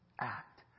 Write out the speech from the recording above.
act